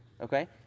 Okay